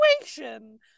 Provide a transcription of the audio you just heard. situation